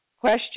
Question